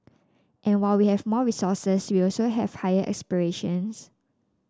and while we have more resources we also have higher aspirations